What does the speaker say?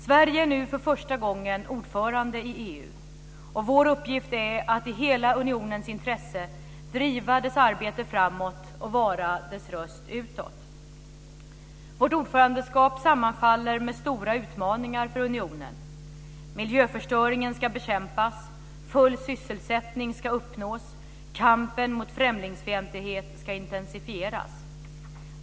Sverige är nu för första gången ordförande i EU. Vår uppgift är att, i hela unionens intresse, driva dess arbete framåt och vara dess röst utåt. Vårt ordförandeskap sammanfaller med stora utmaningar för unionen. Miljöförstöringen ska bekämpas. Full sysselsättning ska uppnås. Kampen mot främlingsfientlighet ska intensifieras.